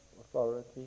authority